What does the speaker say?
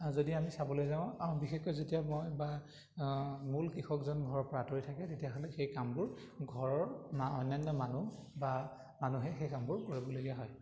যদি আমি চাবলৈ যাওঁ আৰু বিশেষকৈ যেতিয়া মই বা মূল কৃষকজন ঘৰৰ পৰা আঁতৰি থাকে তেতিয়াহ'লে সেই কামবোৰ ঘৰৰ অন্যান্য মানুহ বা মানুহে সেই কামবোৰ কৰিবলগীয়া হয়